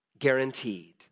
guaranteed